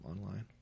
online